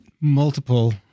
multiple